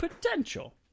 potential